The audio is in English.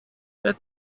that